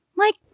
like,